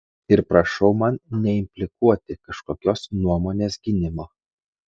ir prašau man neimplikuoti kažkokios nuomonės gynimo